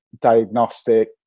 diagnostic